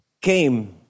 came